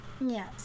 Yes